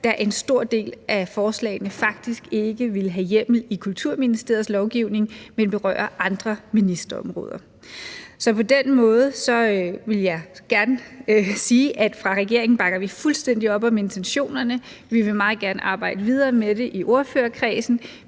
da en stor del af forslagene faktisk ikke vil have hjemmel i Kulturministeriets lovgivning, men berører andre ministerområder. Så på den måde vil jeg gerne sige, at fra regeringens side bakker vi fuldstændig op om intentionerne, og vi vil meget gerne arbejde videre med det i ordførerkredsen.